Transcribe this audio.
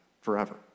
forever